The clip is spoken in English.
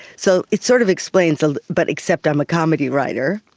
so it sort of explains ah but except i'm a comedy writer,